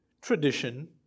tradition